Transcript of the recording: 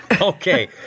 Okay